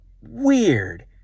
weird